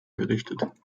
gerichtet